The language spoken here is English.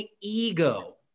ego